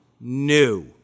new